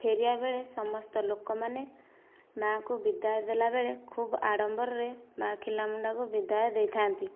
ଫେରିବା ବେଳେ ସମସ୍ତ ଲୋକମାନେ ମାଆଙ୍କୁ ବିଦାୟ ଦେଲାବେଳେ ଖୁବ ଆଡମ୍ବରରେ ମାଆ ଖିଲାମୁଣ୍ଡାଙ୍କୁ ବିଦାୟ ଦେଇଥାନ୍ତି